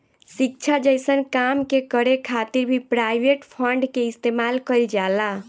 शिक्षा जइसन काम के करे खातिर भी प्राइवेट फंड के इस्तेमाल कईल जाला